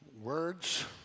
Words